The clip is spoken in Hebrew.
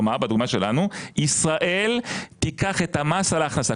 כלומר, בדוגמה שלנו ישראל תיקח את המס על ההכנסה.